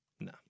No